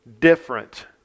different